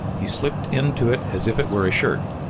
he slipped into it as if it were a shirt.